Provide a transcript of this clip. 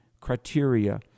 criteria